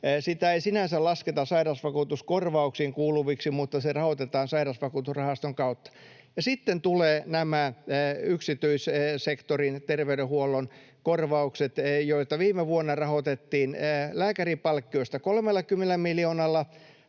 Sitä ei sinänsä lasketa sairausvakuutuskorvauksiin kuuluvaksi, mutta se rahoitetaan Sairausvakuutusrahaston kautta. Ja sitten tulevat nämä yksityissektorin terveydenhuollon korvaukset, joita viime vuonna rahoitettiin lääkäripalkkioista 30 miljoonalla,